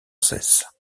cesse